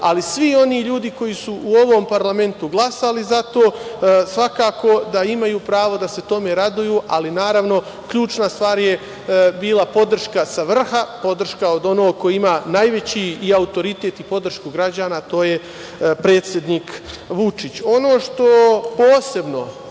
ali svi oni ljudi koji su u ovom parlamentu glasali za to svakako da imaju pravo da se tome raduju ali naravno ključna stvar je bila podrška sa vrha, podrška od onog koji ima najveći i autoritet i podršku građana a to je predsednik Vučić. Ono što posebno